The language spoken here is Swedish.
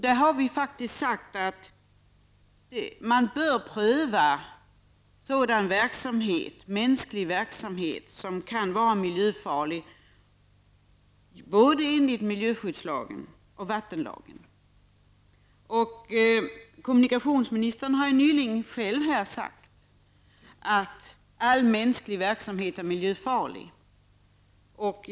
Där har vi faktiskt sagt att man bör pröva sådan mänsklig verksamhet som kan vara miljöfarlig enligt både miljöskyddslagen och vattenlagen. Kommunikationsministern har nyligen själv sagt att all mänsklig verksamhet är miljöfarlig.